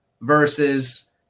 versus